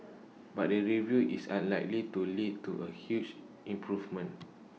but the review is unlikely to lead to A huge improvement